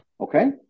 okay